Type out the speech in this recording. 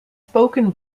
spoken